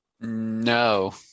No